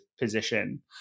position